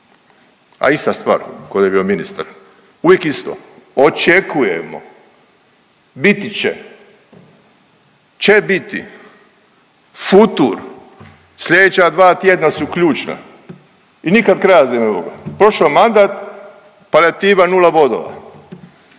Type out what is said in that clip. a ista stvar, koji je bio ministar, uvijek isto, očekujemo biti će, će biti futur, slijedeća dva tjedna su ključna i nikad kraja za …/Govornik se ne razumije./…prošao mandat, palijativa nula bodova,